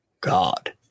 God